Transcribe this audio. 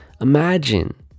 imagine